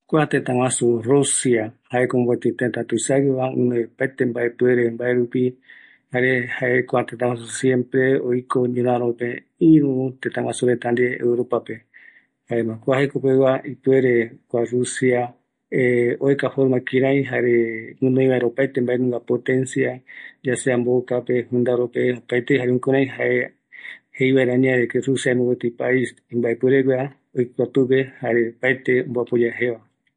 äkua teta guaju rusia, jaeko imbaepueregueva, tätägueva, oikoñomaï ñoräro rupi, añave rupi jekuaeño ɨru tëtä reta ndive oyooavaiso, ïkɨreɨ guinoi mbaepuere ïru tëtäretare ramo. Jaeramo opaete ndive oyoovaiso